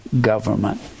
government